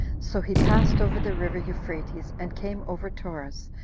so he passed over the river euphrates, and came over taurus,